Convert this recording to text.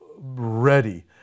ready